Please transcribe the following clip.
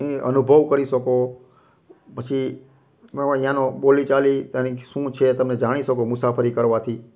એને અનુભવ કરી શકો પછી એ ત્યાંની બોલી ચાલી એની શું છે તમને જાણી શકો મુસાફરી કરવાથી